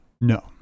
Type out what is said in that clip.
No